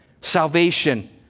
salvation